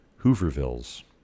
Hoovervilles